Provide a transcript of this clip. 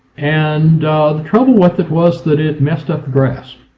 and the trouble with it was that it messed up the grass,